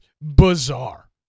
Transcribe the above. bizarre